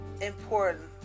important